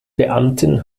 beamtin